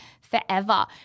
forever